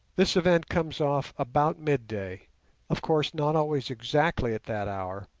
this event comes off about midday of course, not always exactly at that hour,